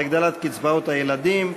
בהגדלת קצבאות הילדים.